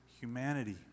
humanity